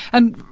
and,